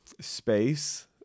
space